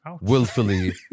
willfully